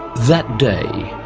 that day,